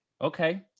Okay